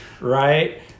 right